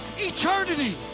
Eternity